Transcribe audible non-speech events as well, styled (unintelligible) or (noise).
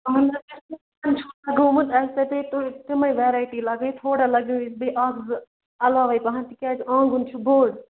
اَہَن حظ اَسہِ (unintelligible) لَگومُت اَسہِ تتے تُہۍ تِمَے ویریٹی لگٲوِتھ تھوڑا لگٲوہوِس بیٚیہِ اَکھ زٕ علاوَے پَہَن تِکیٛازِ آنٛگُن چھُ بوٚڈ